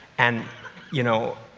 and you know,